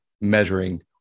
measuring